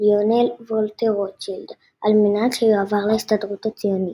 ליונל וולטר רוטשילד על מנת שיועבר להסתדרות הציונית.